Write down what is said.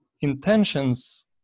intentions